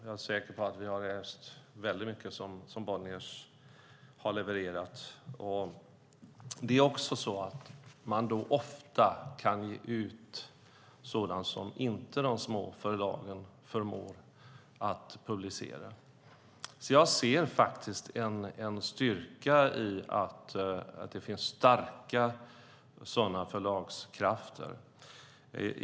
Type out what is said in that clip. Jag är säker på att vi har läst väldigt mycket som Bonniers har levererat. Då kan man också ofta ge ut sådant som de små förlagen inte förmår publicera. Jag ser alltså en styrka i att det finns sådana starka förlagskrafter.